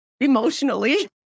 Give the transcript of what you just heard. emotionally